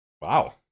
Wow